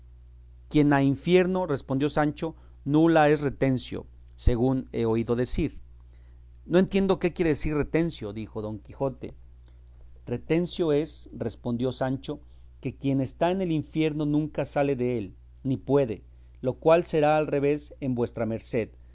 quien ha infierno respondió sancho nula es retencio según he oído decir no entiendo qué quiere decir retencio dijo don quijote retencio es respondió sancho que quien está en el infierno nunca sale dél ni puede lo cual será al revés en vuestra merced